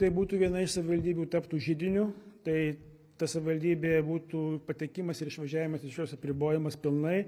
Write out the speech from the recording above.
tai būtų viena iš savivaldybių taptų židiniu tai ta savivaldybė būtų patekimas ir išvažiavimas iš jos apribojamas pilnai